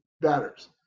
batters